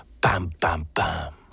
Bam-bam-bam